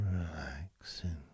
Relaxing